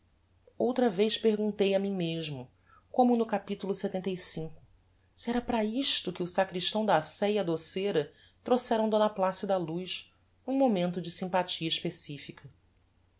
outra vez perguntei a mim mesmo como no cap lxxv se era para isto que o sachristão da sé e a doceira trouxeram d placida á luz n'um momento de sympathia especifica